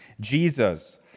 Jesus